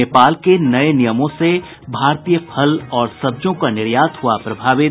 नेपाल के नये नियमों से भारतीय फल और सब्जियों का निर्यात हुआ प्रभावित